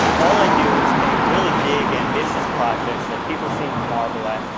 all i do is take really big, ambitious projects that people seem to marvel at,